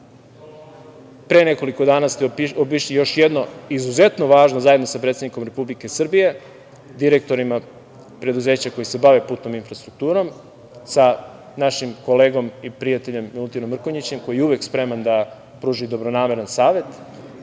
Pre nekoliko dana ste obišli još jedno, zajedno sa predsednikom Republike Srbije, direktorima preduzeća koji se bave putnom infrastrukturom, sa našim kolegom i prijateljem Milutinom Mrkonjićem, koji je uvek spreman da pruži dobronameran savet